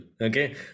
Okay